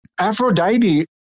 Aphrodite